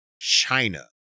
China